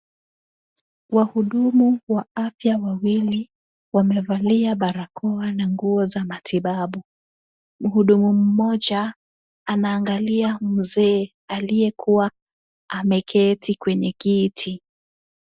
Wahudumu wa afya wawili wamevalia barakoa na nguo za matibabu. Mhudumu mmoja anaangalia mzee aliyekuwa ameketi kwenye kiti.